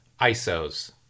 ISOs